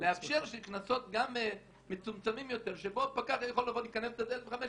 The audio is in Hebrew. לאפשר קנסות מצומצמים יותר שבהם פקח יכול לתת קנס של 500 שקלים.